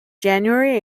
january